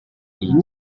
iyi